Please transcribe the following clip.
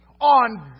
on